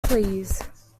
pleas